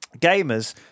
gamers